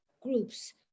groups